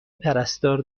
پرستار